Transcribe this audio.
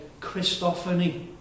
Christophany